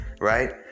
right